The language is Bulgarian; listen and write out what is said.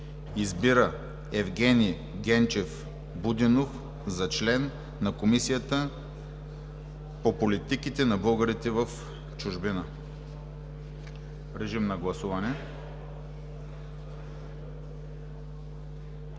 Избира Евгени Генчев Будинов за член на Комисията за политиките на българите в чужбина.“ Моля, гласувайте.